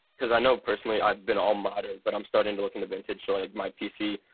coz i know personally i've been all modern but i'm starting to look into vintage. so like my pc,